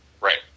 Right